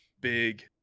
Big